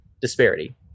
disparity